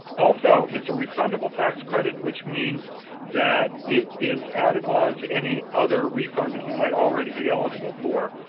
also it's a refundable tax credit, which means that it is added onto any other refund that you might already be eligible for.